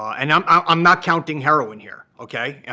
and i'm i'm not counting heroin here, ok? yeah